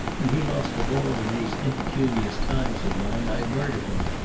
and he lost a ball in these impecunious times of mine, i'd murder him.